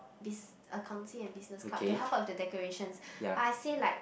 biz accountancy and business club to help out with the decorations but I say like